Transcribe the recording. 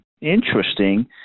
interesting